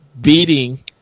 beating